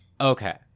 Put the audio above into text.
Okay